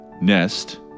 Nest